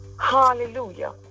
Hallelujah